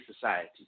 society